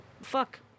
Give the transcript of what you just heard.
Fuck